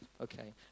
Okay